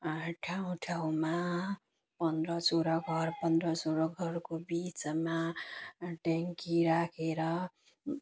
ठाउँ ठाउँमा पन्ध्र सोह्र घर पन्ध्र सोह्र घरको बिचमा ट्याङ्की राखेर